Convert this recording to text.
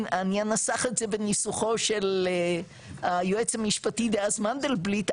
אני אנסח את זה בניסוחו של היועץ המשפטי דאז מנדלבליט,